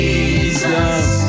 Jesus